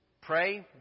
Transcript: Pray